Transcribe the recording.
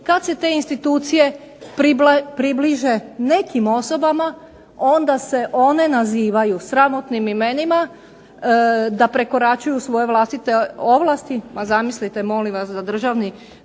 Kad se te institucije približe nekim osobama onda se one nazivaju sramotnim imenima, da prekoračuju svoje vlastite ovlasti. Pa zamislite molim vas da državni